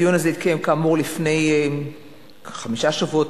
הדיון הזה התקיים לפני חמישה שבועות,